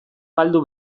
galdu